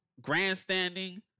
grandstanding